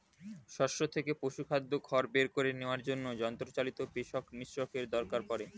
শস্য থেকে পশুখাদ্য খড় বের করে নেওয়ার জন্য যন্ত্রচালিত পেষক মিশ্রকের দরকার পড়ে